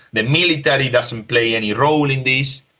the military doesn't play any role in this.